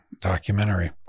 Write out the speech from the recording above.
documentary